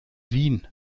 wien